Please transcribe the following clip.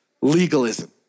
legalism